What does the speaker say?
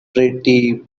pretty